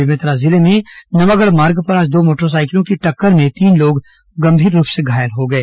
बेमेतरा जिले में नवागढ़ मार्ग पर आज दो मोटरसाइकिलों की टक्कर में तीन लोग गंभीर रूप से घायल हो गए